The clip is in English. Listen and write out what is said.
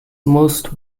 most